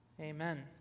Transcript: Amen